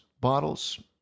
bottles